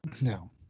No